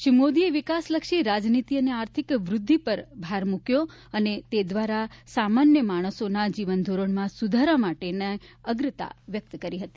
શ્રી મોદીએ વિકાસલક્ષી રાજનીતી અને આર્થિક વૃદ્ધિ પર ભાર મૂક્યો અને તે દ્વારા સામાન્ય માણસોના જીવનધોરણમાં સુધારા માટેના અગ્રતા વ્યકત કરી હતી